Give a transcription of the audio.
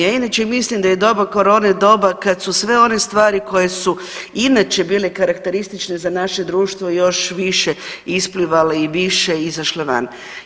Ja inače mislim da je doba korone doba kada su sve one stvari koje su inače bile karakteristične za naše društvo još više isplivale i više izašle van.